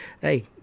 hey